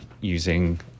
using